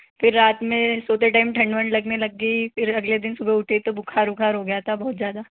फिर रात में सोते टाइम ठंड वंड लगने लग गई फिर अगले दिन सुबह उठी तो बुखार वुखार हो गया था बहुत ज़्यादा